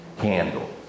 candle